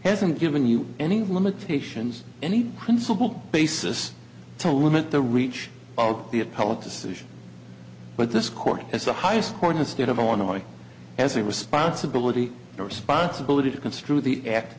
hasn't given you any limitations any principled basis to limit the reach of the appellate decision but this court has the highest court in the state of illinois has a responsibility responsibility to construe the act